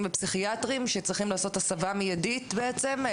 ופסיכיאטרים שצריכים לעשות הסבה מידית בעצם?